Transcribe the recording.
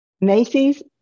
Macy's